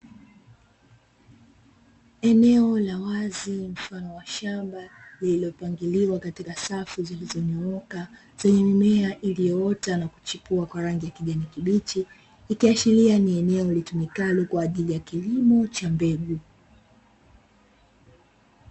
Eneo la wazi mfano wa shamba lililopangiliwa katika safu zilizonyooka zenye mimea iliyoota na kuchipua kwa rangi ya kijani kibichi, ikiashiria ni eneo litumikalo kwaajili ya kilimo cha mbegu.